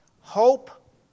hope